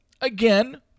again